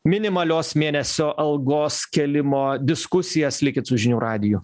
minimalios mėnesio algos kėlimo diskusijas likit su žinių radiju